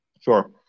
Sure